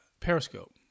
Periscope